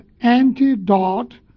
antidote